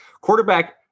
quarterback